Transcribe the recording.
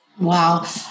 Wow